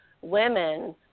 women